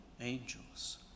angels